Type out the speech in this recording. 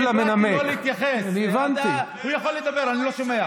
תודה רבה, תודה רבה, אדוני השר.